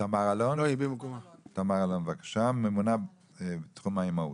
תמר אלון, בבקשה, ממונה בתחום האימהות.